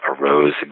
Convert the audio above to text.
arose